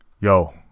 Yo